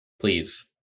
please